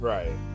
Right